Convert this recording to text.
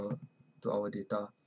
uh to our data